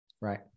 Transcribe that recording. right